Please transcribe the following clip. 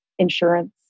insurance